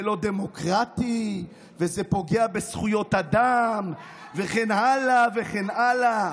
זה לא דמוקרטי וזה פוגע בזכויות אדם וכן הלאה וכן הלאה?